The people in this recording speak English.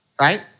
right